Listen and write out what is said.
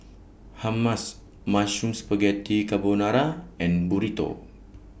Hummus Mushroom Spaghetti Carbonara and Burrito